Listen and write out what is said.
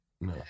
No